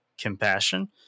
compassion